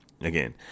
again